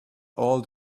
all